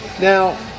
Now